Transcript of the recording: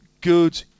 good